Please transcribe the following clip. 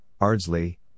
Ardsley